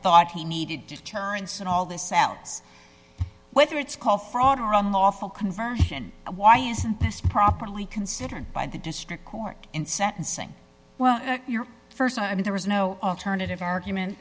thought he needed deterrence and all this sounds whether it's called fraud or a lawful conversion why isn't this properly considered by the district court in sentencing well your st i mean there was no alternative argument